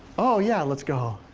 oh yeah, let's go.